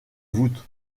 voûtes